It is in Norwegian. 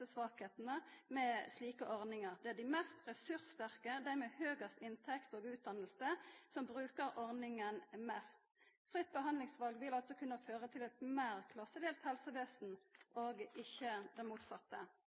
slike ordningar. Det er dei mest ressurssterke, dei med høgast inntekt og utdanning som brukar ordninga mest. Fritt behandlingsval vil altså kunna føra til eit meir klassedelt helsevesen, og ikkje det motsette.